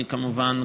כמובן,